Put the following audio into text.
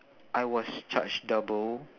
I was charged double